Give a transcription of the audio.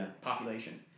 population